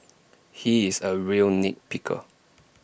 he is A real nit picker